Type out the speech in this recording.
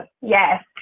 Yes